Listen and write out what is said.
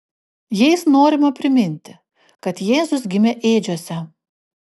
jais norima priminti kad jėzus gimė ėdžiose